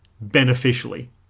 beneficially